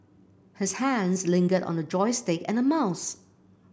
his hands lingered on a joystick and a mouse